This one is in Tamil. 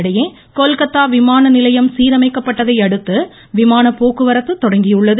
இதனிடையே கொல்கத்தா விமானநிலையம் சீரமைக்கப்பட்டதை அடுத்து விமான போக்குவரத்து தொடங்கியுள்ளது